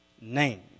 name